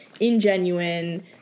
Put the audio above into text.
ingenuine